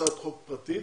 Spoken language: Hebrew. הצעת חוק פרטית